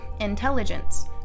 intelligence